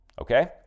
Okay